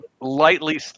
Lightly